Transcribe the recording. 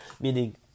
Meaning